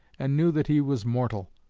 and knew that he was mortal.